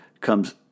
comes